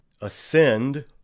ascend